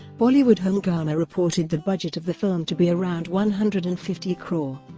bollywood hungama reported the budget of the film to be around one hundred and fifty crore.